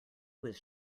was